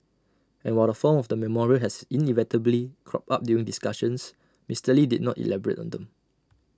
and while the form of the memorial has inevitably cropped up during discussions Mister lee did not elaborate on them